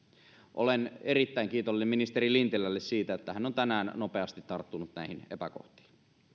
olen erittäin kiitollinen ministeri lintilälle siitä että hän on tänään nopeasti tarttunut näihin epäkohtiin